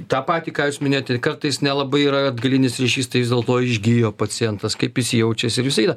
tą patį ką jūs minėjote kartais nelabai yra atgalinis ryšys tai vis dėlto išgijo pacientas kaip jis jaučiasi ir visa kita